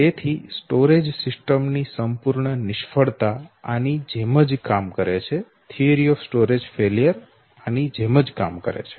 તેથી storage system ની સંપૂર્ણ નિષ્ફળતા આની જેમ જ કાર્ય કરે છે